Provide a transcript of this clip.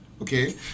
okay